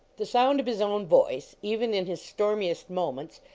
the sound of his own voice, even in his stormiest moments,